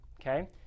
Okay